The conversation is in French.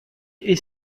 est